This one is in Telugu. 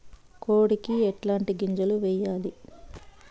కోడికి ఎట్లాంటి గింజలు వేయాలి?